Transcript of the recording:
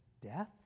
death